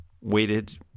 waited